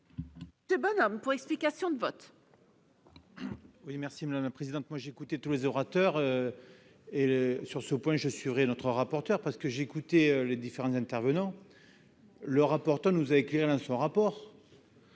François Bonhomme, pour explication de vote.